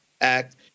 act